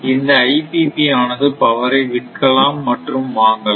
இந்த IPP ஆனது பவரை விற்கலாம் மற்றும் வாங்கலாம்